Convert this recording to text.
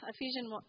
Ephesians